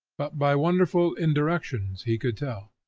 but by wonderful indirections he could tell.